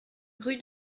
rue